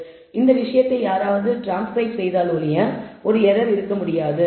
எனவே இந்த விஷயத்தை யாராவது ட்ரான்ஸ்கிரைப் செய்தால் ஒழிய ஒரு எரர் இருக்க முடியாது